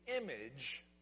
image